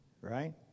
Right